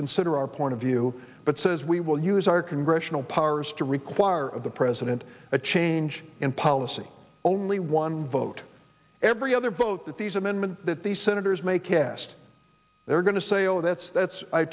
consider our point of view but says we will use our congressional powers to require of the president a change in policy only one vote every other vote that these amendments that these senators may cast they're going to say oh that's that's i